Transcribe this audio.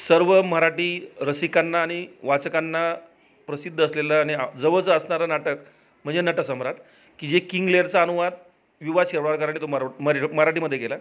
सर्व मराठी रसिकांना आणि वाचकांना प्रसिद्ध असलेला आणि जवळचं असणारं नाटक म्हणजे नटसम्राट की जे किंग्लेरचा अनुवाद वि वा शिरवाडकरांनी तो म म मराठीमध्ये केला